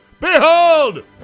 Behold